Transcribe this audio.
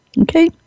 Okay